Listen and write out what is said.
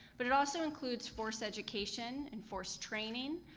but it also includes force education and force training,